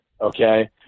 Okay